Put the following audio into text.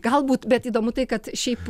galbūt bet įdomu tai kad šiaip